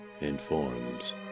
informs